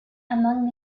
among